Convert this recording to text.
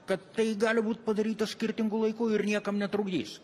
kad tai gali būt padaryta skirtingu laiku ir niekam netrukdys